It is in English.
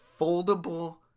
foldable